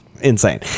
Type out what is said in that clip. insane